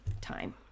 time